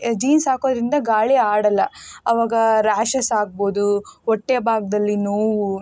jeans ಹಾಕೋದರಿಂದ ಗಾಳಿ ಆಡಲ್ಲ ಆವಾಗ ರ್ಯಾಶಸ್ ಆಗ್ಬೋದು ಹೊಟ್ಟೆ ಭಾಗದಲ್ಲಿ ನೋವು